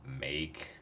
make